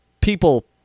people